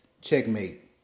checkmate